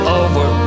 over